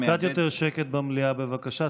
" קצת יותר שקט במליאה בבקשה.